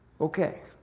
Okay